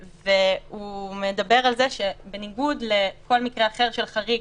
והוא מדבר על זה שבניגוד לכל מקרה אחר של חריג,